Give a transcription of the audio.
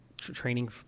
Training